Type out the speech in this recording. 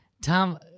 Tom